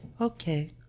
Okay